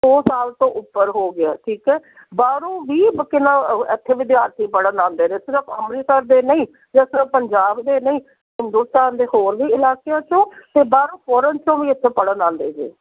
ਸੌ ਸਾਲ ਤੋਂ ਉੱਪਰ ਹੋ ਗਿਆ ਠੀਕ ਹੈ ਬਾਹਰੋਂ ਵੀ ਬ ਕਿੰਨਾ ਇੱਥੇ ਵਿਦਿਆਰਥੀ ਪੜ੍ਹਨ ਆਉਂਦੇ ਨੇ ਇੱਥੋਂ ਤੱਕ ਅੰਮ੍ਰਿਤਸਰ ਦੇ ਨਹੀਂ ਜਾਂ ਸਿਰਫ ਪੰਜਾਬ ਦੇ ਨਹੀਂ ਹਿੰਦੁਸਤਾਨ ਦੇ ਹੋਰ ਵੀ ਇਲਾਕਿਆਂ 'ਚੋਂ ਅਤੇ ਬਾਹਰੋਂ ਫੋਰਨ 'ਚੋਂ ਵੀ ਇੱਥੇ ਪੜ੍ਹਨ ਆਉਂਦੇ ਨੇ